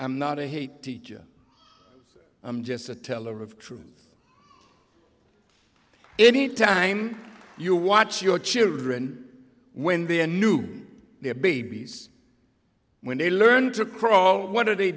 i'm not a hate teacher i'm just a teller of truth any time you watch your children when they knew their babies when they learned to crawl what are they